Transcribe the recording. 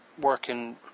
working